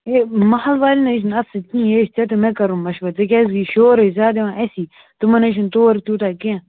ہے محل والٮ۪ن نَے چھُنہٕ اَتھ سۭتۍ کِہیٖنۍ یہِ ہے چھِ ژےٚ تہٕ مےٚ کَرُن مَشوَر تِکیٛاز یہِ شورَے چھُ زیادٕ یِوان اَسی تِمَن نَے چھِنہٕ تور تیوٗتاہ کیٚنٛہہ